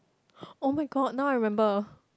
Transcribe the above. oh-my-god now I remember